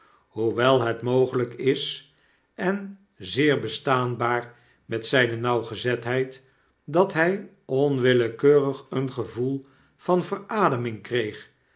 hoewel het mogelyk is en zeer bestaanbaar met zyne nauwgezetheid dathy onwilkeurig een gevoel van verademing kreeg